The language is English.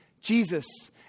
Jesus